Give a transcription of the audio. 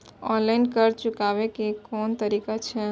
Online कर्ज चुकाने के कोन तरीका छै?